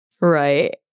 Right